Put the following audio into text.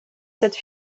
cette